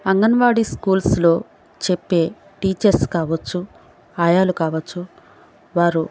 అంగన్వాడీ స్కూల్స్లో చెప్పే టీచర్స్ కావచ్చు ఆయాలు కావచ్చు వారు